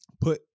put